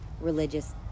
religious